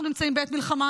אנחנו נמצאים בעת מלחמה,